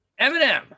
Eminem